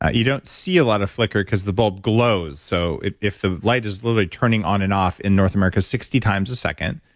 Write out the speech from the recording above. ah you don't see a lot of flicker because the bulb glows, so if the light is literally turning on and off in north america sixty times a second,